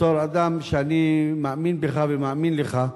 בתור אדם שאני מאמין בו ומאמין לו,